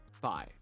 Bye